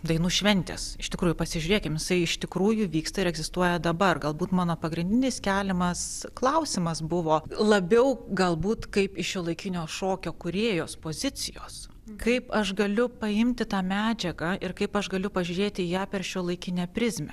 dainų šventės iš tikrųjų pasižiūrėkim jisai iš tikrųjų vyksta ir egzistuoja dabar galbūt mano pagrindinis keliamas klausimas buvo labiau galbūt kaip iš šiuolaikinio šokio kūrėjos pozicijos kaip aš galiu paimti tą medžiagą ir kaip aš galiu pažiūrėti į ją per šiuolaikinę prizmę